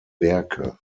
werke